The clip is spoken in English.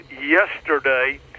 Yesterday